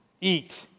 Eat